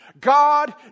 God